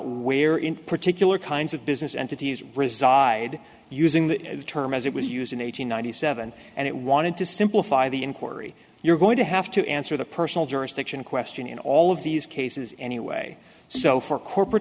where in particular kinds of business entities reside using that term as it was used in one thousand nine hundred seven and it wanted to simplify the inquiry you're going to have to answer the personal jurisdiction question in all of these cases anyway so for corporate